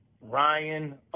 Ryan